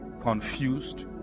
confused